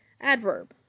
adverb